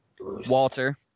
Walter